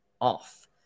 off